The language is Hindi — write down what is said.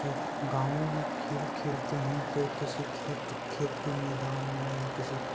कि एक गाँवों में खेल खेलते हैं तो किसी खेत खेत के मैदान में या किसी